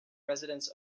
residents